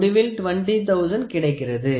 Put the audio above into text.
முடிவில் 20000 கிடைக்கிறது